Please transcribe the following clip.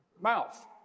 Mouth